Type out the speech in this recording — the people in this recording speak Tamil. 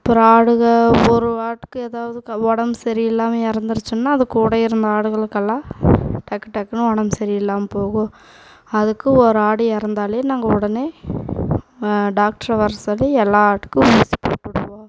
அப்புறம் ஆடுகள் ஒவ்வொரு ஆட்டுக்கு எதாவது உடம்பு சரியில்லாமல் இறந்துருச்சின்னா அதுக்கூட இருந்த ஆடுகளுக்கெல்லாம் டக்கு டக்குன்னு உடம்பு சரியில்லாமல் போகும் அதுக்கு ஒரு ஆடு இறந்தாலே நாங்கள் உடனே டாக்டரை வர சொல்லி எல்லா ஆட்டுக்கு ஊசி போட்டுடுவோம்